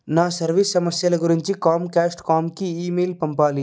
నా సర్వీస్ సమస్యల గురించి కాంకాస్ట్కాంకి ఈమెయిల్ పంపాలి